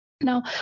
Now